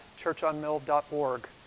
churchonmill.org